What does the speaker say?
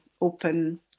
open